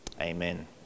Amen